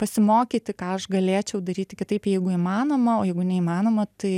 pasimokyti ką aš galėčiau daryti kitaip jeigu įmanoma o jeigu neįmanoma tai